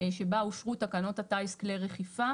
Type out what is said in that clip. שבה אושרו תקנות הטיס כלי רחיפה.